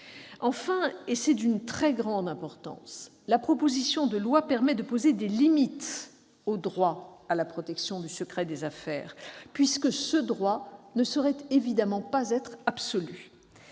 Enfin- c'est d'une très grande importance -, la proposition de loi permet de poser des limites au droit à la protection du secret des affaires, puisque ce droit ne saurait être absolu.